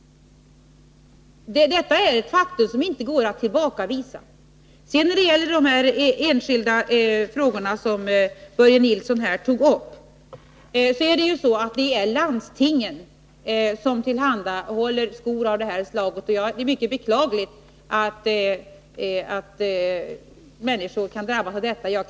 Detta är ett faktum som inte går att tillbakavisa. När det sedan gäller de enskilda frågor som Börje Nilsson tog upp vill jag göra ett påpekande. Det är landstingen som tillhandahåller skor av det nämnda slaget. Det är mycket beklagligt att människor kan drabbas på detta sätt.